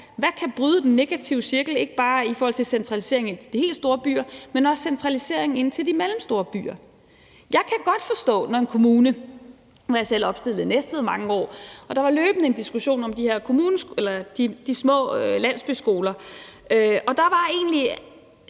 der kan bryde den negative cirkel, ikke bare i forhold til centralisering ind til de helt store byer, men også centralisering ind til de mellemstore byer. Nu var jeg selv opstillet i Næstved i mange år, og der var løbende en diskussion om de her små landsbyskoler. Der var egentlig